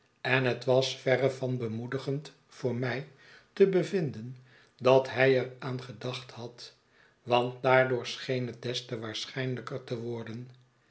en het was verre van bemoedigend voor mij te bevinden dat hij er aan gedacht had want daardoor scheen het des te waarschijnlijker te worden